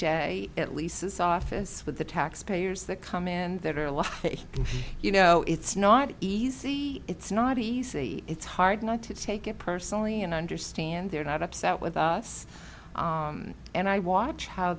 day at least his office with the taxpayers that come in and there are a lot you know it's not easy it's not easy it's hard not to take it personally and i understand they're not upset with us and i watch how